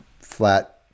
flat